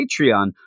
Patreon